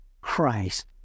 Christ